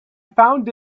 found